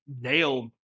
nailed